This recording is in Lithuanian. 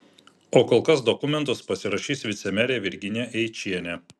o kol kas dokumentus pasirašys vicemerė virginija eičienė